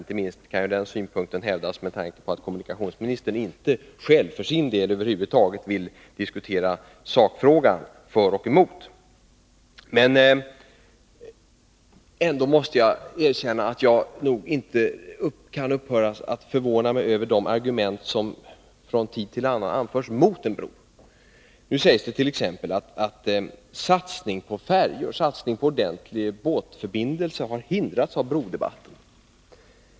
Inte minst kan ju den synpunkten hävdas med tanke på att kommunikationsministern själv för sin del över huvud taget inte vill diskutera sakfrågan — för och emot. Jag måste ändå erkänna att jag inte kan upphöra att förvåna mig över de argument som från tid till annan anförs mot en bro. Nu sägs det t.ex. att satsning på färjor, satsning på ordentlig båtförbindelse, har hindrats av brodebatten.